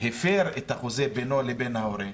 הפר את החוזה בינו לבין ההורים,